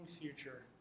future